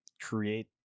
create